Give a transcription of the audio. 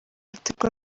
biterwa